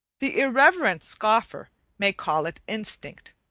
the irreverent scoffer may call it instinct,